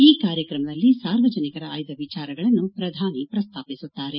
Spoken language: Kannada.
ಈ ಕಾರ್ಕ್ರಮದಲ್ಲಿ ಸಾರ್ವಜನಿಕರ ಅಯ್ದ ವಿಚಾರಗಳನ್ನು ಪ್ರಧಾನಿ ಪ್ರಸ್ತಾಪಿಸುತ್ತಾರೆ